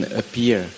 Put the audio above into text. appear